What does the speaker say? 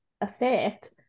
effect